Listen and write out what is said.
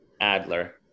adler